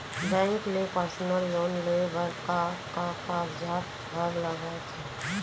Bank ले personal loan लेये बर का का कागजात ह लगथे?